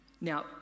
Now